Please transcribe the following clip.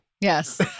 Yes